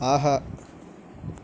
ஆஹா